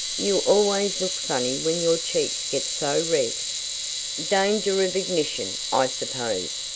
you always look funny when your cheeks get so red danger of ignition, i suppose,